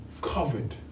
covered